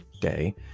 day